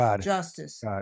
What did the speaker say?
justice